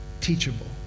teachable